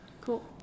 Cool